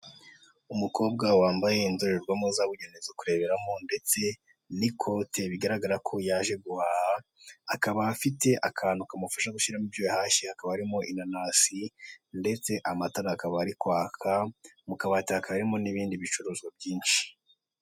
Umukobwa wambaye indorerwamo zabugenewe zo kureberamo ndetse n'ikote bigaragara ko yaje guhaha, akaba afite akantu kamufasha gushyiramo ibyo yahashye, hakaba harimo inanasi ndetse amatara akaba ari kwaka, mu kabati hakaba harimo n'ibindi bicuruzwa byinshi.